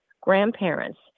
grandparents